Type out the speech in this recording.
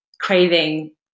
craving